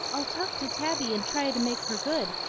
i'll talk to tabby and try to make her good,